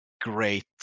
great